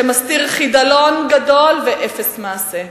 שמסתיר חידלון גדול ואפס מעשה.